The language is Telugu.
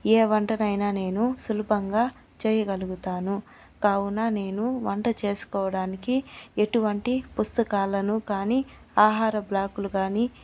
ఏ వంటను అయినా నేను సులభంగా చేయగలుగుతాను కావున నేను వంట చేసుకోవడానికి ఎటువంటి పుస్తకాలను కానీ ఆహార బ్లాగులు కానీ